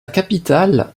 capitale